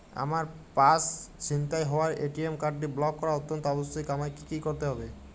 আমার পার্স ছিনতাই হওয়ায় এ.টি.এম কার্ডটি ব্লক করা অত্যন্ত আবশ্যিক আমায় কী কী করতে হবে?